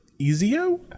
Ezio